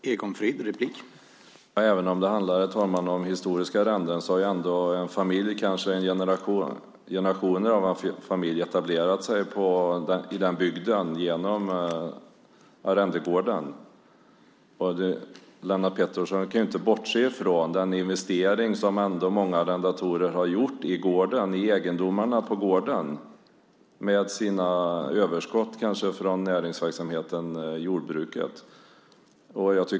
Herr talman! Även om det handlar om historiska arrenden har kanske en familj etablerat sig i den bygden i generationer genom arrendegården. Lennart Pettersson kan inte bortse från den investering som många arrendatorer har gjort i egendomarna på gården med sina överskott från näringsverksamheten, det vill säga jordbruket.